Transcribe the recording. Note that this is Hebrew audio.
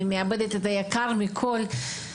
שמאבדת את היקר מכול,